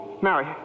mary